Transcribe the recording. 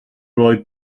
roi